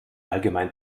allgemein